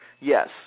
Yes